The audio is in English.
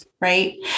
right